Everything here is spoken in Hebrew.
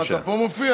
בבקשה.